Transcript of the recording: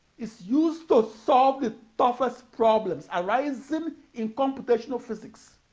is used to solve the toughest problems arising in computational physics.